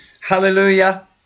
Hallelujah